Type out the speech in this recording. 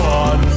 on